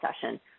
session